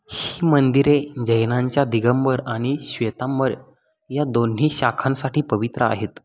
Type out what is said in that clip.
ही मंदिरे जैनांच्या दिगंबर आणि श्वेतांबर या दोन्ही शाखांसाठी पवित्र आहेत